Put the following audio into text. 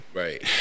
Right